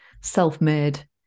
self-made